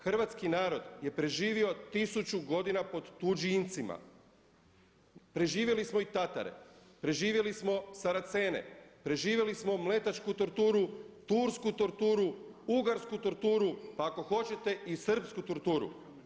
Hrvatski narod je preživio tisuću godina pod tuđincima, preživjeli smo i tatare, preživjeli smo Saracene, preživjeli smo mletačku torturu, tursku torturu, ugarsku torturu, pa ako hoćete i srpsku torturu.